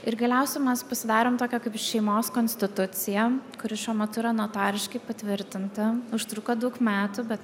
ir galiausia mes pasidarėm tokią kaip ir šeimos konstituciją kuri šiuo metu yra notariškai patvirtinti užtruko daug metų bet